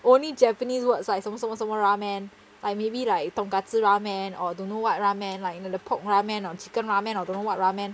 only japanese words like 什么什么什么 ramen like maybe like tonkatsu ramen or don't know what ramen like the pork ramen or chicken ramen or don't know what ramen